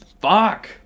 fuck